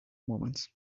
moments